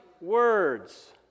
words